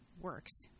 works